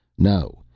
no,